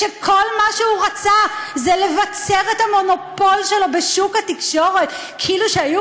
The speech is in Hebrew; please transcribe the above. שכל מה שהוא רצה זה לבצר את המונופול שלו בשוק התקשורת כאילו שהיו